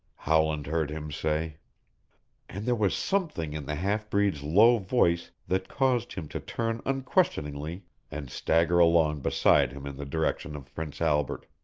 howland heard him say and there was something in the half-breed's low voice that caused him to turn unquestioningly and stagger along beside him in the direction of prince albert.